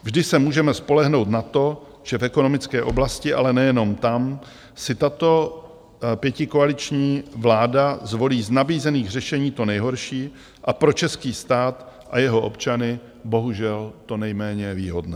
Vždy se můžeme spolehnout na to, že v ekonomické oblasti, ale nejenom tam, si tato pětikoaliční vláda zvolí z nabízených řešení to nejhorší a pro český stát a jeho občany bohužel to nejméně výhodné.